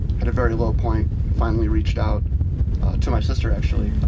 at a very low point, finally reached out to my sister, actually,